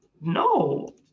No